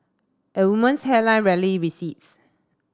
a woman's hairline rarely recedes